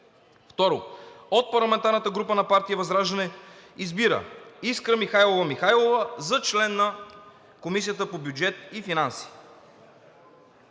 2. От парламентарната група на партия ВЪЗРАЖДАНЕ избира Искра Михайлова Михайлова за член на Комисията по бюджет и финанси.“